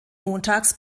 montags